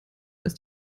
ist